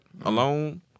alone